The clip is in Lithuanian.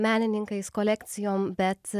menininkais kolekcijom bet